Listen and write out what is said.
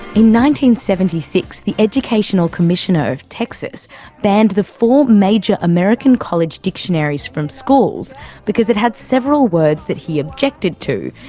in one seventy six the educational commissioner of texas banned the four major american college dictionaries from schools because it had several words that he objected to,